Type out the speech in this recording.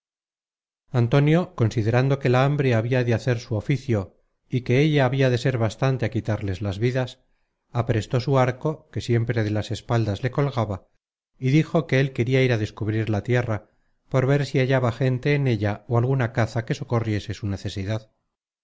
antonio considerando que la hambre habia de hacer su content from google book search generated at oficio y que ella habia de ser bastante á quitarles las vidas aprestó su arco que siempre de las espaldas le colgaba y dijo que él queria ir á descubrir la tierra por ver si hallaba gente en ella ó alguna caza que socorriese su necesidad